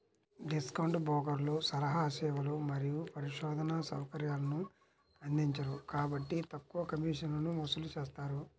discount బ్రోకర్లు సలహా సేవలు మరియు పరిశోధనా సౌకర్యాలను అందించరు కాబట్టి తక్కువ కమిషన్లను వసూలు చేస్తారు